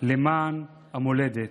למען המולדת.